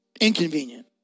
inconvenient